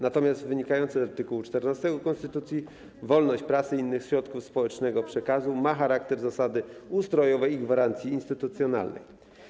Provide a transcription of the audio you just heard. Natomiast wynikająca z art. 14 konstytucji wolność prasy i innych środków społecznego przekazu ma charakter zasady ustrojowej i gwarancji instytucjonalnej.